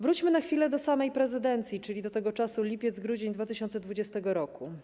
Wróćmy na chwilę do samej prezydencji, czyli do czasu lipiec-grudzień 2020 r.